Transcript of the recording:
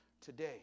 today